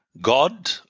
God